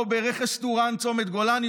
או ברכס טורעאן-צומת גולני,